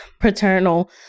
paternal